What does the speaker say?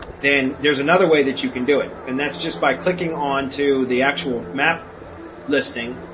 then there's another way that you can do it. and that's just by clicking on to the actual map listing,